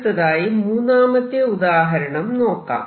അടുത്തതായി മൂന്നാമത്തെ ഉദാഹരണം നോക്കാം